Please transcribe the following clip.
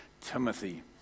Timothy